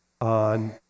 on